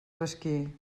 mesquí